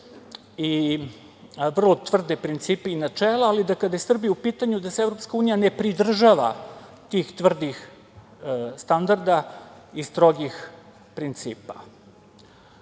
i vrlo tvrde principe i načela, ali da kada je Srbija u pitanju da se EU ne pridržava tih tvrdih standarda i strogih principa. Dalje,